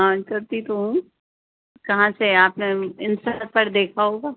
ہاں کرتی تو ہوں کہاں سے آپ نے انسٹا پر دیکھا ہوگا